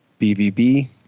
BVB